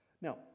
Now